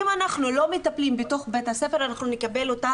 אם אנחנו לא מטפלים בתוך בית הספר אנחנו נקבל את זה